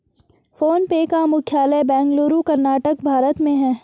phone पे का मुख्यालय बेंगलुरु, कर्नाटक, भारत में है